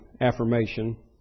affirmation